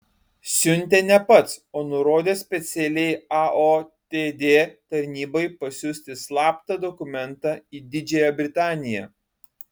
siuntė ne pats o nurodė specialiai aotd tarnybai pasiųsti slaptą dokumentą į didžiąją britaniją